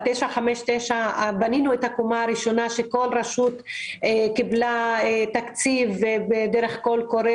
ב-959 בנינו את הקומה הראשונה שכל רשות קיבלה תקציב דרך קול קורא